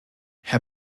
herr